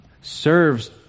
serves